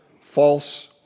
false